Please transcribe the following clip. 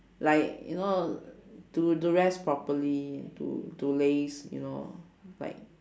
like you know to to rest properly to to laze you know like